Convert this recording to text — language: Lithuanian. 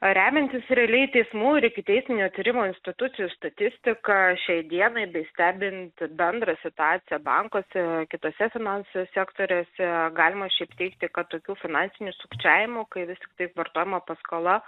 remiantis realiai teismų ir ikiteisminio tyrimo institucijų statistika šiai dienai bei stebinti bendrą situaciją bankuose kituose finansų sektoriuose galima šiaip teigti kad tokių finansinių sukčiavimų kai vis tiktai vartojimo paskola